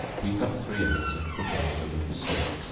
beat up three eggs, and put in, with a little salt,